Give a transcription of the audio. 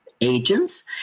agents